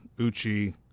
Uchi